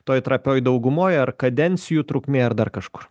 toj trapioj daugumoj ar kadencijų trukmė ar dar kažkur